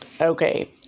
Okay